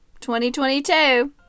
2022